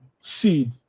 seed